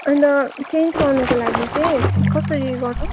अन्त चेन्ज गर्नुको लागि चाहिँ कसरी गर्नु